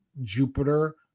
Jupiter